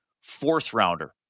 fourth-rounder